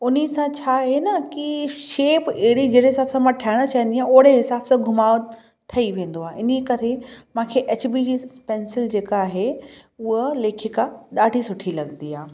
उन ई सां छा आहे न कि शेप अहिड़ी जहिड़े हिसाब सां मां ठाहिणु चाहींदा आहियां ओड़े हिसाब सां घुमाव ठही वेंदो आहे इन करे मूंखे एच बी जी पैंसिल जेका आहे उहा लेखिका ॾाढी सुठी लॻंदी आहे